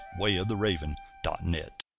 wayoftheraven.net